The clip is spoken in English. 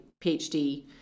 PhD